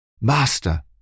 Master